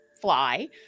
fly